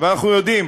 אנחנו יודעים,